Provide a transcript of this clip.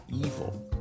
evil